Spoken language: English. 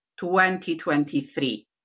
2023